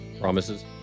Promises